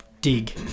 dig